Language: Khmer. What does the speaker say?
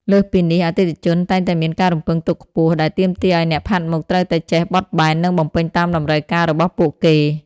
លើសពីនេះ អតិថិជនតែងតែមានការរំពឹងទុកខ្ពស់ ដែលទាមទារឱ្យអ្នកផាត់មុខត្រូវតែចេះបត់បែន និងបំពេញតាមតម្រូវការរបស់ពួកគេ។